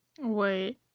Wait